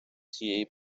цієї